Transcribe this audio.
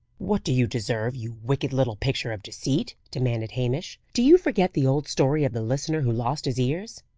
what do you deserve, you wicked little picture of deceit? demanded hamish. do you forget the old story of the listener who lost his ears?